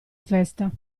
festa